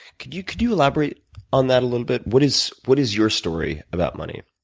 could you could you elaborate on that a little bit? what is what is your story about money?